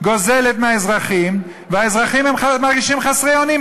גוזלת מהאזרחים, והאזרחים מרגישים חסרי אונים.